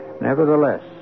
Nevertheless